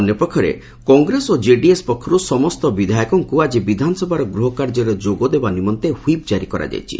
ଅନ୍ୟପକ୍ଷରେ କଂଗ୍ରେସ ଓ କେଡିଏସ୍ ପକ୍ଷର୍ ସମସ୍ତ ବିଧାୟକଙ୍କ ଆଜି ବିଧାନସଭାର ଗୃହକାର୍ଯ୍ୟରେ ଯୋଗ ଦେବା ନିମନ୍ତେ ହିପ୍ କାରି କରାଯାଇଛି